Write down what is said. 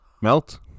melt